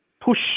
push